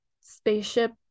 spaceship